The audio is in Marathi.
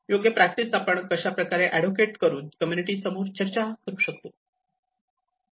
योग्य प्रॅक्टिस आपण कशाप्रकारे एडवोकेट करून कम्युनिटी समोर चर्चा करू शकतो